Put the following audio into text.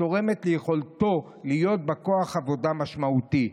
ותורמת ליכולתו להיות בה כוח עבודה משמעותי.